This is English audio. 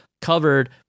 covered